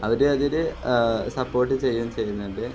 അവർ അതൊരു സപ്പോർട്ട് ചെയ്യുകയും ചെയ്യുന്നുണ്ട്